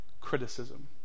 criticism